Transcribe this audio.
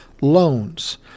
loans